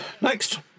next